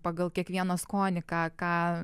pagal kiekvieno skonį ką ką